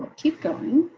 keep going.